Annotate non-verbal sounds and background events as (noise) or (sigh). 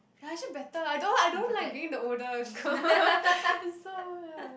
ya actually better I don't I don't like being the older girl (laughs) is so ya